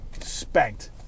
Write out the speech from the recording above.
spanked